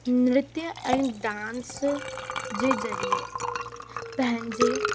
नृत्य ऐं डांस जे ज़रिए पंहिंजे